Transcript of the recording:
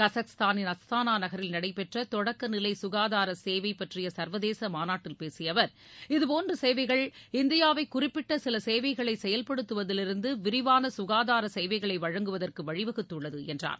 கஜகஸ்தானின் அஸ்தானா நகரில் நடைபெற்ற தொடக்க நிலை சுகாதார சேவை பற்றிய சர்வதேச மாநாட்டில் பேசிய அவர் இதுபோன்ற சேவைகள் இந்தியாவை குறிப்பிட்ட சில சேவைகளை செயல்படுத்துவதிலிருந்து விரிவான சுகாதார சேவைகளை வழங்குவதற்கு வழிவகுத்துள்ளது என்றார்